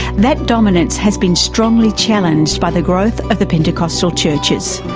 that dominance has been strongly challenged by the growth of the pentecostal churches.